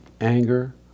anger